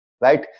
right